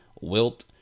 Wilt